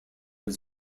was